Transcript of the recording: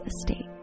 estate